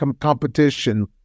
competition